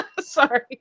Sorry